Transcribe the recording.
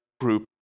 group